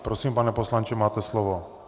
Prosím, pane poslanče, máte slovo.